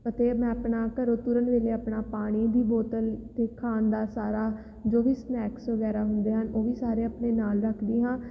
ਅਤੇ ਮੈਂ ਆਪਣਾ ਘਰੋਂ ਤੁਰਨ ਵੇਲੇ ਆਪਣਾ ਪਾਣੀ ਦੀ ਬੋਤਲ ਅਤੇ ਖਾਣ ਦਾ ਸਾਰਾ ਜੋ ਵੀ ਸਨੈਕਸ ਵਗੈਰਾ ਹੁੰਦੇ ਹਨ ਉਹ ਵੀ ਸਾਰੇ ਆਪਣੇ ਨਾਲ ਰੱਖਦੀ ਹਾਂ